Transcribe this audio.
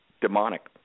demonic